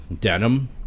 denim